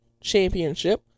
Championship